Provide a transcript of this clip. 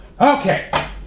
Okay